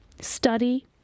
study